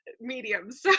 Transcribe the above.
mediums